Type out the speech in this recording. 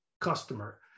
customer